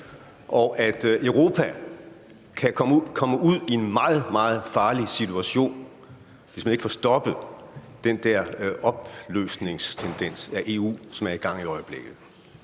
og at Europa kan komme ud i en meget, meget farlig situation, hvis man ikke får stoppet den der tendens til opløsning af EU, som er i gang i øjeblikket?